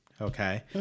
okay